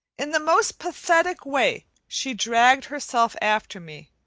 in the most pathetic way she dragged herself after me,